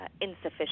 insufficient